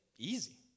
easy